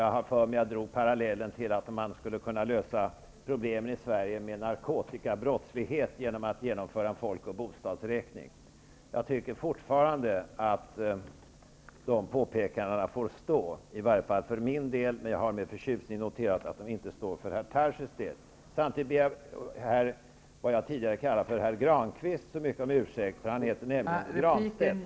Jag har för mig att jag drog parallellen till att man skulle kunna lösa problemen i Sverige med narkotikabrottslighet genom att genomföra en folk och bostadsräkning. Jag tycker fortfarande att de påpekandena får stå i varje fall för min del, men jag har med förtjusning noterat att de inte står för herr Tarschys del. Jag ber samtidigt den jag kallade för herr Grankvist om ursäkt, han heter nämligen Pär Granstedt.